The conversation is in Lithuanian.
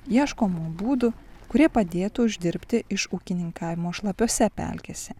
ieškoma būdų kurie padėtų uždirbti iš ūkininkavimo šlapiose pelkėse